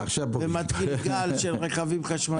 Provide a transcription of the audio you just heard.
ומתחיל גל של רכבים חשמליים.